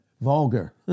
Vulgar